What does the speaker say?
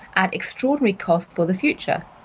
at extraordinary cost for the future.